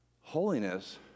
Holiness